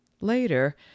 Later